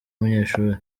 umunyeshuli